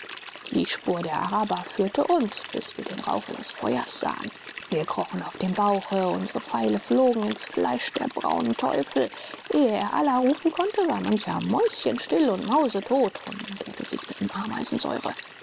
die spur der araber führte uns bis wir den rauch ihres feuers sahen wir krochen auf dem bauche unsre pfeile flogen ins fleisch der braunen teufel ehe er allah rufen konnte war mancher mäuschenstill und mausetot von der gesegneten ameisensäure